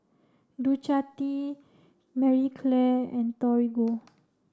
Ducati Marie Claire and Torigo